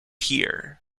here